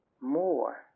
more